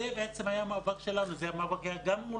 זה היה המאבק שלנו, זה היה מאבק גם מול